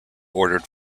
ordered